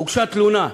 והוגשה תלונה,